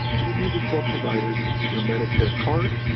you would need to show providers your medicare card,